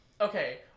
Okay